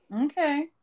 Okay